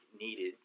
needed